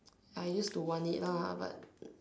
I used to want it lah but